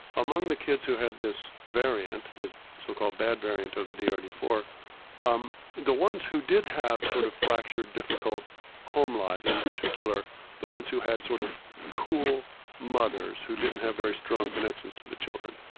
among the kids who had this variant, this so called bad variant of the d r d four um the ones who did have sort of fractured, difficult home lives in particular the ones who had sort of cool mothers, who didn't have very strong connections to the children,